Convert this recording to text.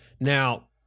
now